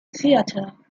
theater